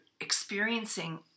experiencing